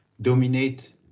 dominate